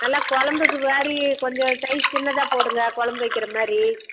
நல்லா குழம்புக்கு மாதிரி கொஞ்சம் சைஸ் சின்னதாக போடுங்கள் குழம்பு வைக்கிற மாதிரி